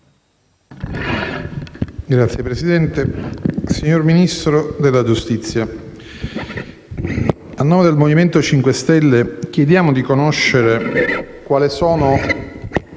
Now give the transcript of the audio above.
GIARRUSSO *(M5S)*. Signor Ministro della giustizia, a nome del Movimento 5 Stelle chiediamo di conoscere quali siano